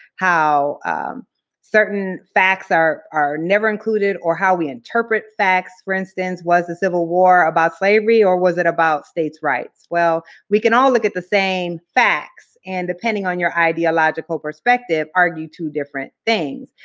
how certain facts are are never included or how we interpret facts. for instance, was the civil war about slavery, or was it about states' rights? well, we can all look at the same facts and, depending on your ideological perspective, argue two different things.